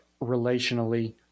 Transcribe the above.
relationally